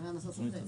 למען הסר ספק.